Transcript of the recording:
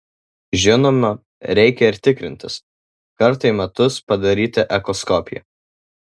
žinoma reikia ir tikrintis kartą į metus padaryti echoskopiją